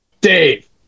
Dave